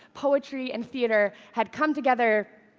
poetry and theater, had come together,